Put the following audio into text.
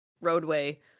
roadway